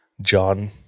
John